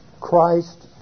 Christ